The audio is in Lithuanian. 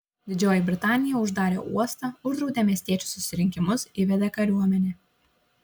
didžioji britanija uždarė uostą uždraudė miestiečių susirinkimus įvedė kariuomenę